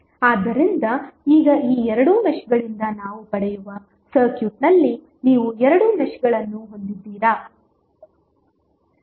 ಆದ್ದರಿಂದ ಈಗ ಈ ಎರಡು ಮೆಶ್ಗಳಿಂದ ನಾವು ಪಡೆಯುವ ಸರ್ಕ್ಯೂಟ್ನಲ್ಲಿ ನೀವು ಎರಡು ಮೆಶ್ಗಳನ್ನು ಹೊಂದಿದ್ದೀರಾ